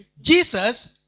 Jesus